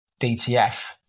DTF